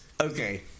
Okay